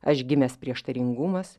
aš gimęs prieštaringumas